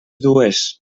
dues